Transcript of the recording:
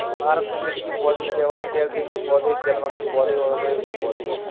भारत में जलीय पौधे शैवाल, तैरते पौधे, जलमग्न पौधे और उभरे हुए पौधे हैं